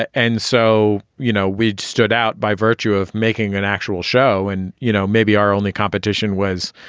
ah and so you know we stood out by virtue of making an actual show and you know maybe our only competition was